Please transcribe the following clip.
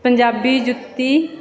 ਪੰਜਾਬੀ ਜੁੱਤੀ